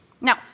Now